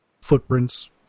footprints